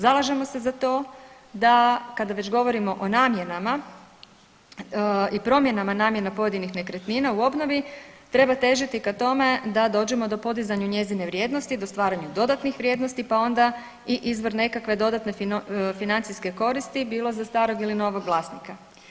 Zalažemo se za to da kada već govorimo o namjenama i promjenama namjena pojedinih nekretnina u obnovi treba težiti ka tome da dođemo do podizanja njezine vrijednosti, do stvaranja dodatnih vrijednosti pa onda i izvor nekakve dodatne financijske koristi bilo za starog ili novog vlasnika.